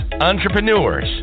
entrepreneurs